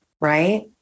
Right